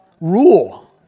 rule